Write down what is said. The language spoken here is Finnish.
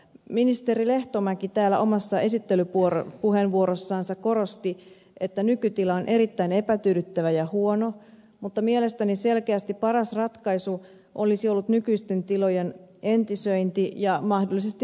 ministeri lehtomäki täällä omassa esittelypuheenvuorossansa korosti että nykytila on erittäin epätyydyttävä ja huono mutta mielestäni selkeästi paras ratkaisu olisi ollut nykyisten tilojen entisöinti ja mahdollisesti museointi